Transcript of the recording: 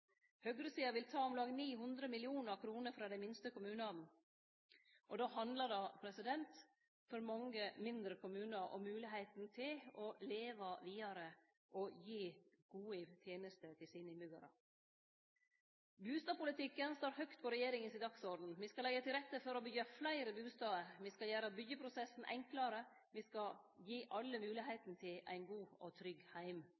Høgresida vil ta om lag 900 mill. kr frå dei minste kommunane, og då handlar det om mange mindre kommunar om moglegheita til å leve vidare og gi gode tenester til sine innbyggjarar. Bustadpolitikken står høgt på regjeringas dagsorden. Me skal leggje til rette for å byggje fleire bustader. Me skal gjere byggjeprosessen enklare. Me skal gi alle moglegheita til ein god og trygg heim.